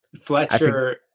Fletcher